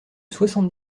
soixante